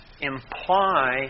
imply